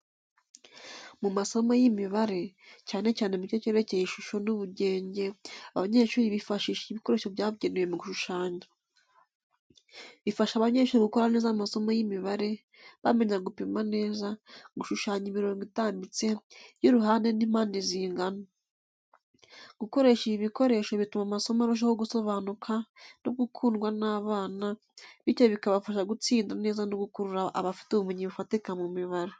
Mu masomo y’imibare, cyane cyane mu gice cyerekeye ishusho n’ubugenge, abanyeshuri bifashisha ibikoresho byabugenewe mu gushushanya. . Bifasha abanyeshuri gukora neza amasomo y’imibare, bamenya gupima neza, gushushanya imirongo itambitse, iy’uruhande n'impande zingana. Gukoresha ibi bikoresho bituma amasomo arushaho gusobanuka no gukundwa n’abana, bityo bikabafasha gutsinda neza no gukura bafite ubumenyi bufatika mu mibare.